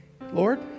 Lord